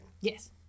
Yes